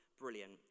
brilliant